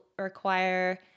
require